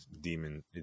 demon